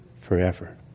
forever